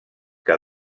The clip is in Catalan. que